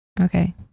okay